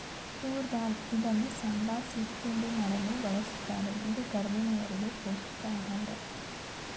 ತೂರ್ ದಾಲ್ ಇದನ್ನು ಸಾಂಬಾರ್, ಸಿಹಿ ತಿಂಡಿ ಮಾಡಲು ಬಳ್ಸತ್ತರೆ ಇದು ಗರ್ಭಿಣಿಯರಿಗೆ ಪೌಷ್ಟಿಕ ಆಹಾರ